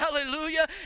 hallelujah